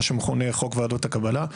מה שמכונה חוק ועדות הקבלה.